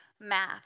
math